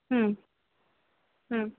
ம் ம்